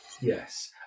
Yes